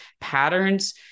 patterns